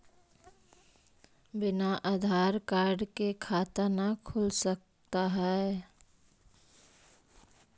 बिना आधार कार्ड के खाता न खुल सकता है?